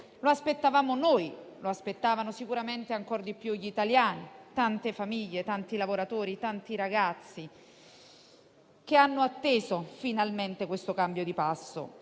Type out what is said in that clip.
Lo aspettavamo noi e lo aspettavano sicuramente ancora di più gli italiani, tante famiglie, tanti lavoratori, tanti ragazzi che hanno atteso finalmente un cambio di passo.